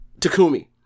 takumi